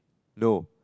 no